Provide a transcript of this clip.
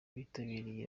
bitabiriye